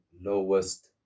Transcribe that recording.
lowest